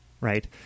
right